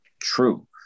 true